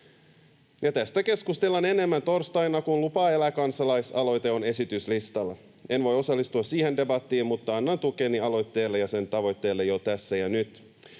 tästä keskustellaan enemmän torstaina, kun Lupa elää ‑kansalaisaloite on esityslistalla. En voi osallistua siihen debattiin, mutta annan tukeni aloitteelle ja sen tavoitteelle jo tässä ja nyt.